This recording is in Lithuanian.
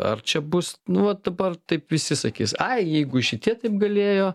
ar čia bus nu va dabar taip visi sakys ai jeigu šitie taip galėjo